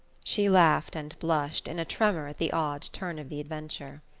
she laughed and blushed, in a tremor at the odd turn of the adventure.